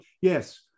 yes